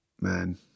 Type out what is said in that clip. man